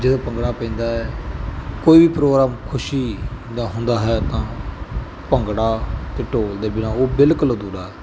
ਜਦੋਂ ਭੰਗੜਾ ਪੈਂਦਾ ਕੋਈ ਵੀ ਪ੍ਰੋਗਰਾਮ ਖੁਸ਼ੀ ਦਾ ਹੁੰਦਾ ਹੈ ਤਾਂ ਭੰਗੜਾ ਤਾਂ ਢੋਲ ਦੇ ਬਿਨਾਂ ਉਹ ਬਿਲਕੁਲ ਅਧੂਰਾ ਹੈ